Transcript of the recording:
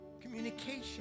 communication